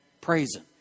praising